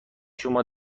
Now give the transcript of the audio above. شما